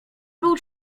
był